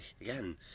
again